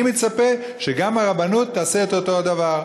אני מצפה שגם הרבנות תעשה את אותו הדבר.